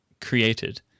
created